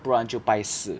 不然就拜四